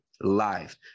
live